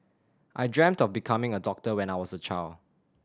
I dreamt of becoming a doctor when I was a child